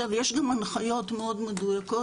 יש גם הנחיות מאוד מדויקות,